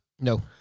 no